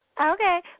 Okay